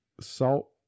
salt